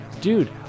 Dude